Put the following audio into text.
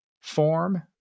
form